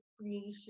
creation